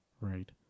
right